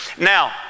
Now